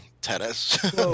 tennis